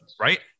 Right